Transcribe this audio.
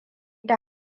ta